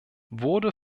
wurde